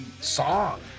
song